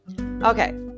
Okay